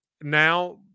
now